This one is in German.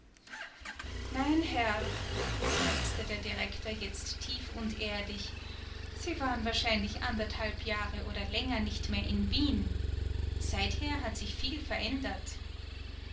mein herr seufzte der direktor jetzt tief und ehrlich sie waren wahrscheinlich anderthalb jahre oder länger nicht mehr in wien seither hat sich viel verändert